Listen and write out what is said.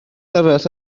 arall